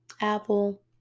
Apple